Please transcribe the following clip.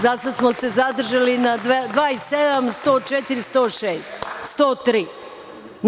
Za sada smo se zadržali na 27, 104, 106, 103.